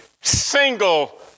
single